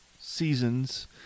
seasons